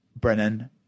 Brennan